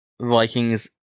Vikings